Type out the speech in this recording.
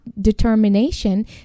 determination